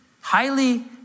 highly